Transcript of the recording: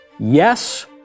Yes